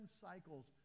cycles